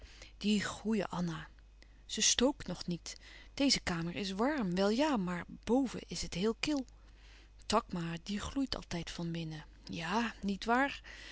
die goeie anna ze stookt nog niet deze kamer is warm wel ja maar boven is het heel kil takma die gloeit altijd van binnen ja niet waar